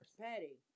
Petty